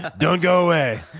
don't go away.